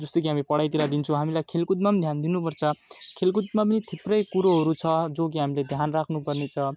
जस्तो कि हामी पढाइतिर दिन्छौँ हामीलाई खेलकुदमा ध्यान दिनु पर्छ खेलकुदमा पनि थुप्रै कुरोहरू छ जो कि हामीले ध्यान राख्नु पर्ने छ